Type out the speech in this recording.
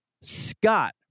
Scott